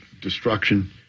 destruction